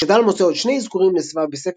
שד"ל מוצא עוד שני אזכורים לסבא בספר